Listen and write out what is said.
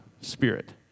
Spirit